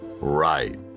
Right